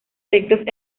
textos